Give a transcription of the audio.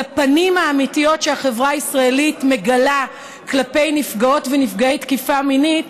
לפנים האמיתיות שהחברה הישראלית מגלה כלפי נפגעות ונפגעי תקיפה מינית,